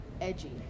edgy